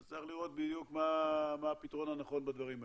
צריך לראות בדיוק מה הפתרון הנכון בדברים האלה.